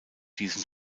diesen